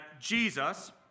Jesus